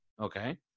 okay